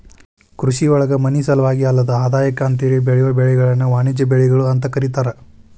ಕೃಷಿಯೊಳಗ ಮನಿಸಲುವಾಗಿ ಅಲ್ಲದ ಆದಾಯಕ್ಕ ಅಂತೇಳಿ ಬೆಳಿಯೋ ಬೆಳಿಗಳನ್ನ ವಾಣಿಜ್ಯ ಬೆಳಿಗಳು ಅಂತ ಕರೇತಾರ